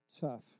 tough